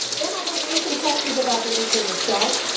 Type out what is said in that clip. then i will raise some questions about the inquiry itself.